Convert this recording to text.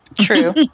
True